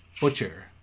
Butcher